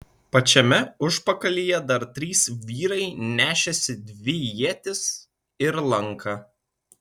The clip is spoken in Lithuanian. pačiame užpakalyje dar trys vyrai nešėsi dvi ietis ir lanką